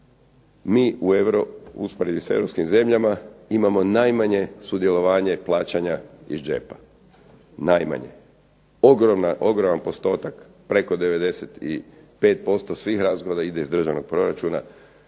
mi u usporedbi s europskim zemljama imamo najmanje sudjelovanje plaćanja iz džepa, najmanje. Ogroman postotak, preko 95% svih …/Ne razumije se./… ide iz državnog proračuna